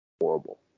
horrible